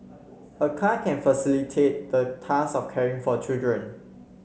a car can facilitate the task of caring for children